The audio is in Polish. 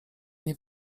nie